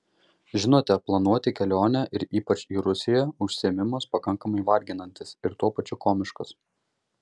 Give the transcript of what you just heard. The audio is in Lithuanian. žinote planuoti kelionę ir ypač į rusiją užsiėmimas pakankamai varginantis ir tuo pačiu komiškas